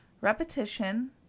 repetition